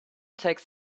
takes